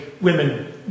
women